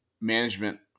management